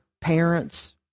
parents